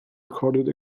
recorded